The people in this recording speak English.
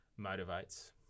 motivates